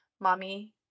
mommy